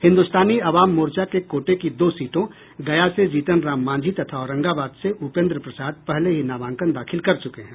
हिन्दुस्तानी आवाम मोर्चा के कोटे की दो सीटों गया से जीतन राम मांझी तथा औरंगाबाद से उपेन्द्र प्रसाद पहले ही नामांकन दाखिल कर चुके हैं